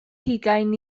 hugain